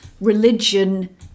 religion